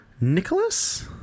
Nicholas